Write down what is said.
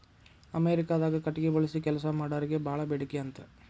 ಅಮೇರಿಕಾದಾಗ ಕಟಗಿ ಬಳಸಿ ಕೆಲಸಾ ಮಾಡಾರಿಗೆ ಬಾಳ ಬೇಡಿಕೆ ಅಂತ